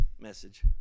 message